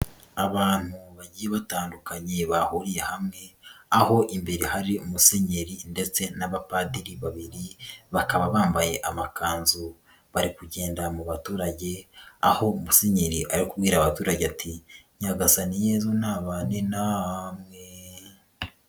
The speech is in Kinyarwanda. Abantu bagiye batandukanye bahuriye hamwe, aho imbere hari umusenyeri ndetse n'abapadiri babiri, bakaba bambaye amakanzu. Bari kugenda mu baturage, aho musenyeri ari kubwira abaturage ati: "Nyagasani Yezu nabane namwe".